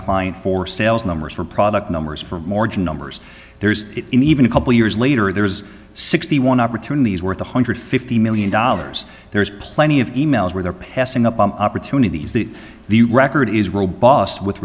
client for sales numbers for product numbers for mortgage numbers there's even a couple years later there's sixty one opportunities worth one hundred fifty million dollars there's plenty of e mails where they're passing up the opportunities that the record is robust with